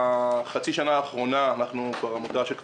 בחצי השנה האחרונה אנחנו עמותה שיש בה